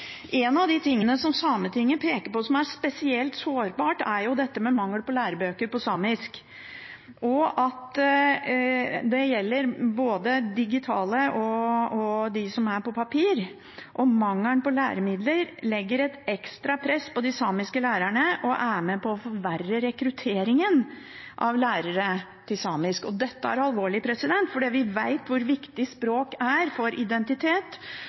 En av de tingene Sametinget peker på som spesielt sårbart, er dette med mangel på lærebøker på samisk. Det gjelder både de digitale og dem som er på papir, og mangelen på læremidler legger et ekstra press på de samiske lærerne og er med på å forverre rekrutteringen av lærere i samisk. Dette er alvorlig, for vi vet hvor viktig språk er for identitet